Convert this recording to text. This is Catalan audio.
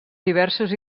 diversos